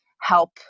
help